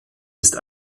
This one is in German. ist